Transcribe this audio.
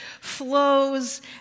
flows